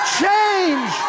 change